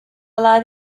allow